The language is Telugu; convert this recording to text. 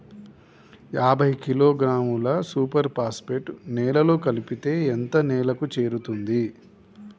యాభై కిలోగ్రాముల సూపర్ ఫాస్ఫేట్ నేలలో కలిపితే ఎంత నేలకు చేరుతది?